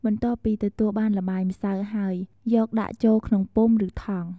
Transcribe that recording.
បន្ទាប់ពីទទួលបានល្បាយម្សៅហើយ យកដាក់ចូលក្នុងពុម្ពឬថង់ ។